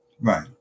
Right